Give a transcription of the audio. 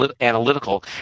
analytical